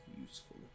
useful